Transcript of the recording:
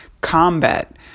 combat